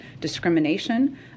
discrimination